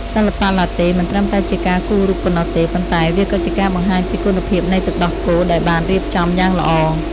សិល្បៈឡាតេមិនត្រឹមតែជាការគូររូបប៉ុណ្ណោះទេ ប៉ុន្តែវាក៏ជាការបង្ហាញពីគុណភាពនៃទឹកដោះគោដែលបានរៀបចំយ៉ាងល្អ។